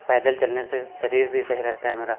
पैदल चलने से शरीर भी सही रहता है हमारा